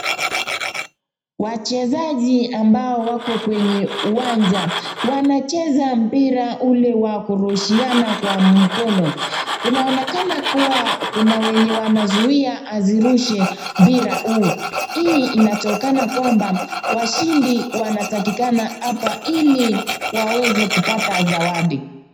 Wachezaji ambao wako kwenye uwanja. Wanacheza mpira ule wa kurushiana kwa mkono. Kunaonekana kuwa kuna wenye wanazuia asirushe mpira huu. Hii inatokana kwamba washindi wanatakikana hapa ili waweze kupata zawadi.